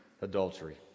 adultery